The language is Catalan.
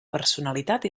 personalitat